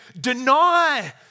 deny